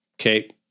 okay